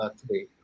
today